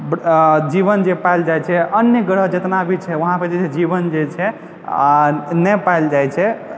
आ जीवन जे छै पायल जाइ छै अन्य जितना भी ग्रह छै वहाँ पर जे छै जीवन जे छै आ नहि पायल जाइ छै